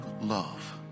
love